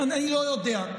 אני לא יודע.